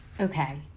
Okay